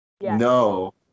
No